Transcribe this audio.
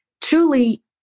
truly